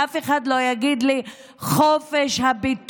שאף אחד לא יגיד לי "חופש ביטוי".